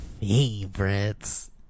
favorites